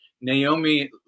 Naomi